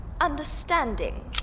understanding